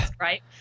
right